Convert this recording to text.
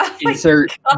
Insert